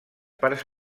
parts